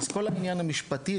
אז כל העניין המשפטי,